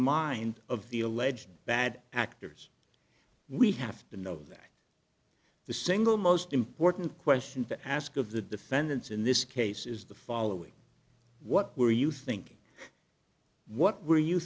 mind of the alleged bad actors we have to know that the single most important question to ask of the defendants in this case is the following what were you thinking what were you